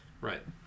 Right